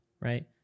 right